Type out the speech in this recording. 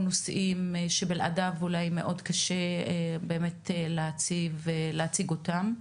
נושאים שבלעדיו אולי יהיה מאוד קשה באמת להציג אותם.